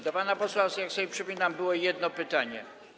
Do pana posła, jak sobie przypominam, było jedno pytanie.